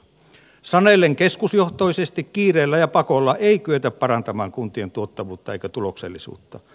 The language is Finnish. sanellen keskusjohtoisesti kiireellä ja pakolla ei kyetä parantamaan kuntien tuottavuutta eikä tuloksellisuutta